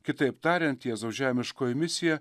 kitaip tariant jėzaus žemiškoji misija